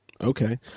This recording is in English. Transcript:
Okay